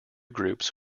groups